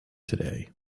today